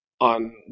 on